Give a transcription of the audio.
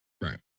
Right